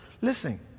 listen